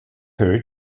her